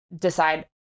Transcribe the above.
decide